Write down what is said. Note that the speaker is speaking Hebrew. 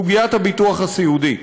סוגיית הביטוח הסיעודי.